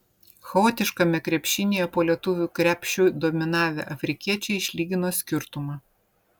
chaotiškame krepšinyje po lietuvių krepšiu dominavę afrikiečiai išlygino skirtumą